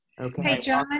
Okay